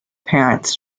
parents